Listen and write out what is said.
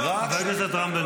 גם היום יש לך חוצפה לומר,